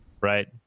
right